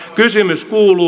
kysymys kuuluu